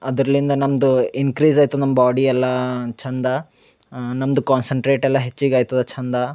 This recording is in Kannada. ಅದರಿಂದ ನಮ್ಮದು ಇನ್ಕ್ರೀಸ್ ಆಯ್ತದ ನಮ್ಮ ಬಾಡಿ ಎಲ್ಲ ಚಂದ ನಮ್ದು ಕಾನ್ಸನ್ಟ್ರೇಟ್ ಎಲ್ಲ ಹೆಚ್ಚಿಗೆ ಆಗ್ತದ ಚಂದ